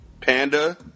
Panda